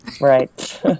Right